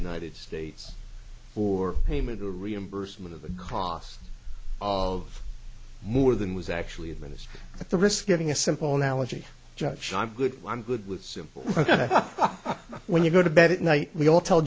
united states for payment a reimbursement of the cost of more than was actually administered at the risk giving a simple analogy just shot good i'm good with simple when you go to bed at night we all tell